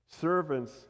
servants